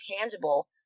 tangible